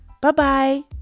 Bye-bye